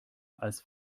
als